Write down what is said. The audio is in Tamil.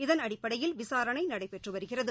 இதன் அடிப்படையில் விசாரணை நடைபெற்று வருகிறது